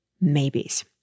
maybes